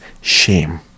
shame